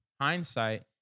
hindsight